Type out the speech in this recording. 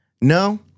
no